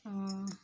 ହଁ